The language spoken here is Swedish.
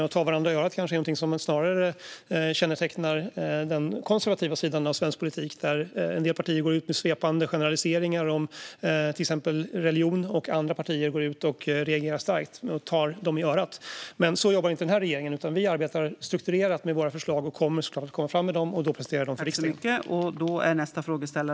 Att ta varandra i örat kännetecknar snarare den konservativa sidan av svensk politik, där en del partier går ut med svepande generaliseringar om till exempel religion och andra partier reagerar starkt och tar dem i örat. Så jobbar inte denna regering, utan vi arbetar strukturerat med våra förslag och kommer såklart att komma fram med dem och då presentera dem för riksdagen.